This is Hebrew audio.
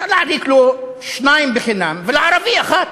אפשר להעניק לו שניים בחינם ולערבי אחד.